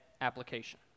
application